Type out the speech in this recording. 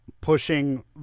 pushing